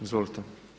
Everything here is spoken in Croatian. Izvolite.